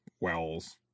wells